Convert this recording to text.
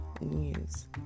news